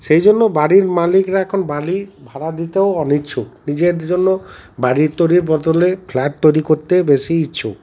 সেই জন্য বাড়ির মালিকরা এখন বালির ভাড়া দিতেও অনিচ্ছুক নিজের জন্য বাড়ির তৈরির বদলে ফ্ল্যাট তৈরি করতে বেশি ইচ্ছুক